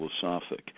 philosophic